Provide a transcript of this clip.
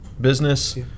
business